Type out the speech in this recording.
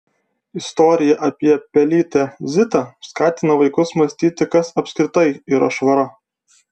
istorija apie pelytę zitą skatina vaikus mąstyti kas apskritai yra švara